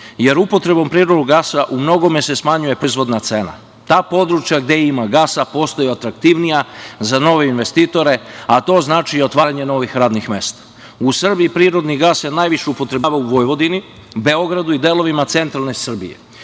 jer upotrebom prirodnog gasa u mnogome se smanjuje proizvodna cena, ta područja gde ima gasa postaju atraktivnija za nove investitore, a to znači otvaranje novih radnih mesta. U Srbiji prirodni gas se najviše upotrebljava u Vojvodini, Beogradu i delovima centralne Srbije.